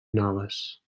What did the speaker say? noves